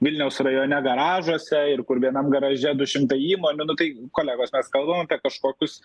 vilniaus rajone garažuose ir kur vienam garaže du šimtai įmonių nu tai kolegos mes kalbam apie kažkokius